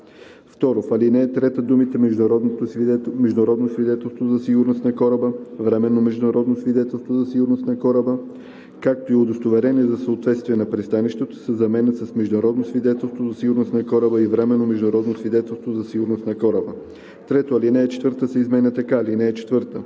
2. В ал. 3 думите „международно свидетелство за сигурност на кораба, временно международно свидетелство за сигурност на кораба, както и удостоверение за съответствие на пристанището,“ се заменят с „международно свидетелство за сигурност на кораба и временно международно свидетелство за сигурност на кораба“. 3. Алинея 4 се изменя така: „(4)